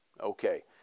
Okay